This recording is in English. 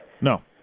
No